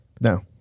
No